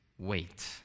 Wait